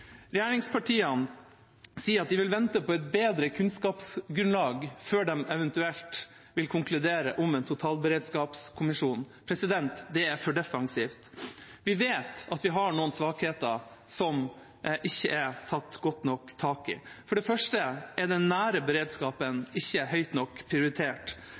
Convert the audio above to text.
Regjeringspartiene sier at de vil vente på et bedre kunnskapsgrunnlag før de eventuelt konkluderer om en totalberedskapskommisjon. Det er for defensivt. Vi vet at vi har noen svakheter som det ikke er tatt godt nok tak i. For det første er den nære beredskapen ikke høyt nok prioritert.